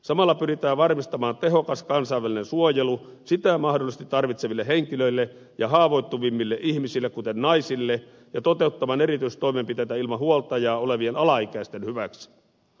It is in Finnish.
samalla pyritään varmistamaan tehokas kansainvälinen suojelu sitä mahdollisesti tarvitseville henkilöille ja haavoittuvimmille ihmisille kuten naisille ja toteuttamaan erityistoimenpiteitä ilman huoltajaa olevien alaikäisten hyväksi